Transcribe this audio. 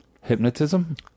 Hypnotism